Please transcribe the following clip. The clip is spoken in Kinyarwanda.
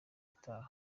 itaba